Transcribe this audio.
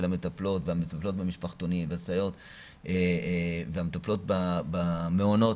המטפלות והמטפלות במשפחתונים וסייעות והמטפלות במעונות,